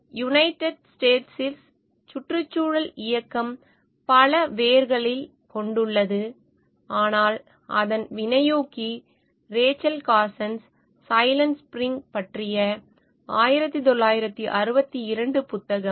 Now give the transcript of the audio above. United ஸ்டேட்ஸில் சுற்றுச்சூழல் இயக்கம் பல வேர்களைக் கொண்டுள்ளது ஆனால் அதன் வினையூக்கி ரேச்சல் கார்சன்ஸ் சைலண்ட் ஸ்பிரிங் பற்றிய 1962 புத்தகம்